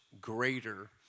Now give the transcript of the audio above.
greater